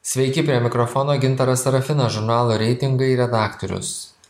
sveiki prie mikrofono gintaras sarafinas žurnalo reitingai redaktorius